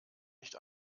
nicht